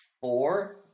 Four